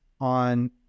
on